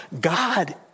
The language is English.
God